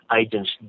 Agents